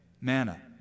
manna